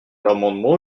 amendement